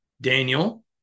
Daniel